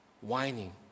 whining